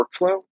workflow